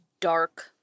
dark